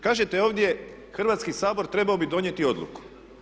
Kažete ovdje Hrvatski sabor trebao bi donijeti odluku.